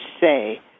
say